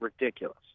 ridiculous